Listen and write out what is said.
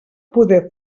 poder